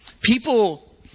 People